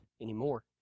anymore